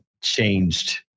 changed